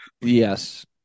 Yes